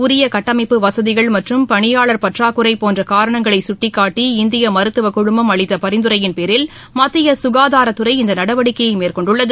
உரிய கட்டமைப்பு வசதிகள் மற்றும் பணியாளா் பற்றாக்குறை போன்ற காரணங்களை கட்டிக்காட்டி இந்திய மருத்துவக் குழுமம் அளித்த பரிந்துரையின்பேரில் மத்திய ககாதாரத்துறை இந்த நடவடிக்கையை மேற்கொண்டுள்ளது